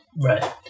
right